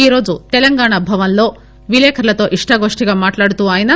ఈ రోజు తెలంగాణ భవన్లో విలేకరులతో ఇష్టాగోష్టిగా మాట్లాడుతూ ఆయన